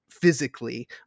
physically